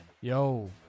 yo